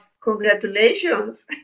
congratulations